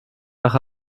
nach